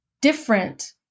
different